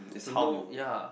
to know ya